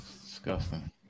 disgusting